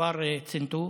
עבר צנתור.